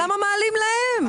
למה מעלים להם?